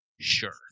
Sure